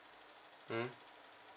mm